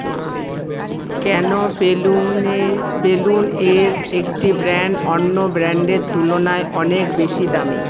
কেন বেলুনে বেলুন এর একটি ব্র্যান্ড অন্য ব্র্যান্ডের তুলনায় অনেক বেশি দামী